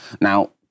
Now